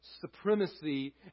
supremacy